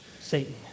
Satan